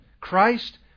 Christ